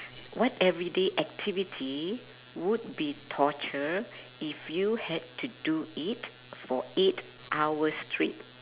what everyday activity would be torture if you had to do it for eight hours straight